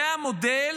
זה המודל